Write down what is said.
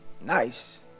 nice